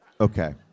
Okay